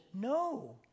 No